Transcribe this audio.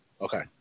Okay